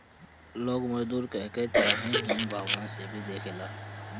लोग मजदूर कहके चाहे हीन भावना से भी देखेला